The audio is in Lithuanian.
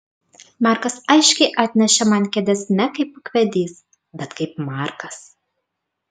markas aiškiai atnešė man kėdes ne kaip ūkvedys bet kaip markas